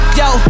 yo